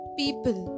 people